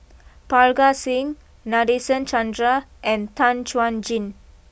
Parga Singh Nadasen Chandra and Tan Chuan Jin